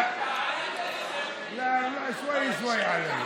להצביע, שוואיה-שוואיה.